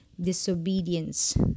disobedience